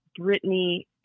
Britney